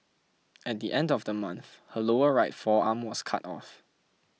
at the end of the month her lower right forearm was cut off